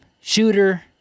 shooter